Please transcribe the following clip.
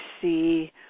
see